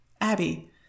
Abby